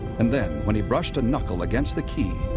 and then, when he brushed a knuckle against the key,